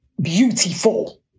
Beautiful